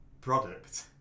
product